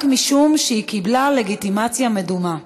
רק משום שהיא קיבלה לגיטימציה מדומה.